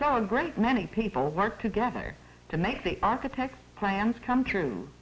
so a great many people work together to make the architect plans come t